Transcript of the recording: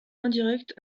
indirecte